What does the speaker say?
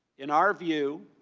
in our view,